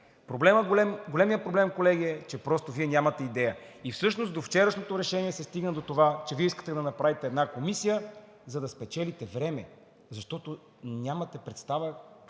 Големият проблем, колеги, е, че просто Вие нямате идея. Всъщност до вчерашното решение се стигна от това, че Вие искате да направите една комисия, за да спечелите време, защото нямате представа